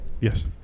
Yes